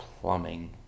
plumbing